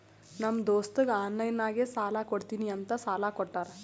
ನಮ್ ದೋಸ್ತಗ ಆನ್ಲೈನ್ ನಾಗೆ ಸಾಲಾ ಕೊಡ್ತೀನಿ ಅಂತ ಸಾಲಾ ಕೋಟ್ಟಾರ್